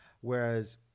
Whereas